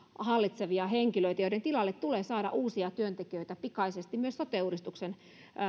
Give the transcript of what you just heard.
hallitsevia henkilöitä joiden tilalle tulee saada uusia työntekijöitä pikaisesti myös sote uudistuksen